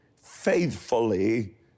faithfully